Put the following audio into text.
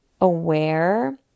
aware